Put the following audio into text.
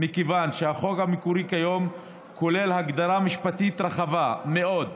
מכיוון שהחוק המקורי כיום כולל הגדרה משפטית רחבה מאוד,